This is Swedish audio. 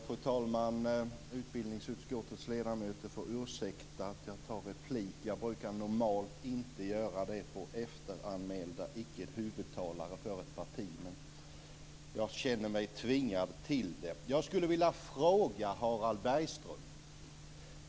Fru talman! Utbildningsutskottets ledamöter får ursäkta att jag går upp i replik. Jag brukar normalt inte göra det på efteranmälda icke huvudtalare för ett parti. Men jag känner mig tvingad till det. Jag skulle vilja ställa en fråga till Harald Bergström.